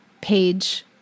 page